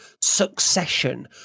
Succession